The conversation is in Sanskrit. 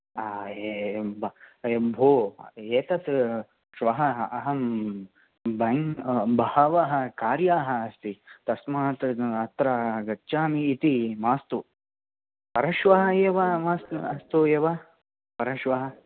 हा एवं ये भोः एतत् श्वः अहम् बहवः कार्याः अस्ति तस्मात् अत्र गच्छामि इति मास्तु परश्वः एव मास्तु अस्तु एव परश्वः